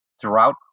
throughout